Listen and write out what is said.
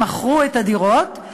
כשמכרו את הדירות,